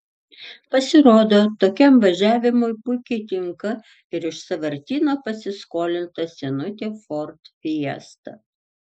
pasirodo tokiam važiavimui puikiai tinka ir iš sąvartyno pasiskolinta senutė ford fiesta